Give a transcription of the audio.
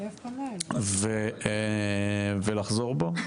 ולחזור בו,